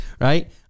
Right